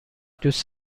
دوست